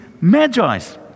Magi's